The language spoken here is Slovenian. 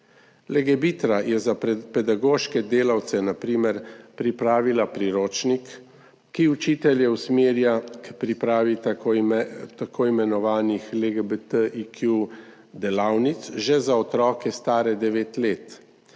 Legebitra je za pedagoške delavce na primer pripravila priročnik, ki učitelje usmerja k pripravi tako imenovanih LGBTIQ delavnic že za otroke, stare devet let,